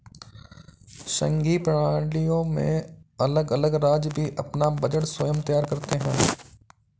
संघीय प्रणालियों में अलग अलग राज्य भी अपना बजट स्वयं तैयार करते हैं